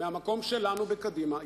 מהמקום שלנו בקדימה,